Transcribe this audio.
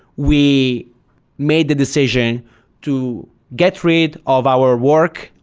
we made the decision to get rid of our work,